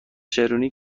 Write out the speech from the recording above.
چرونی